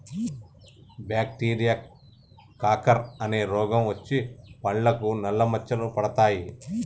bacteria canker అనే రోగం వచ్చి పండ్లకు నల్ల మచ్చలు పడతాయి